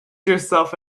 yourself